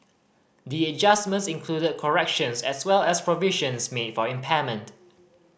the adjustments included corrections as well as provisions made for impairment